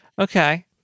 Okay